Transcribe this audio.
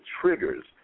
triggers